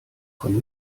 von